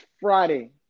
Friday